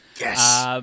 Yes